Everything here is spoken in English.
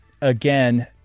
again